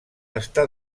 està